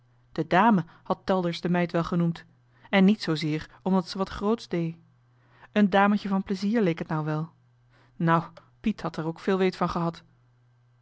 de dame had telders de meid wel genoemd en niet zoo zeer omdat ze wat grootsch dee een dametje van plezier leek et nou wel nou piet had d'er ook veel weet van gehad